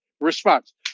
response